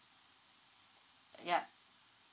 yup